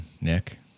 Nick